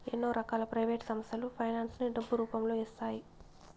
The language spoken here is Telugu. ఎన్నో రకాల ప్రైవేట్ సంస్థలు ఫైనాన్స్ ని డబ్బు రూపంలో ఇస్తాయి